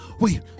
Wait